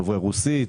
דוברי רוסית,